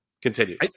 Continue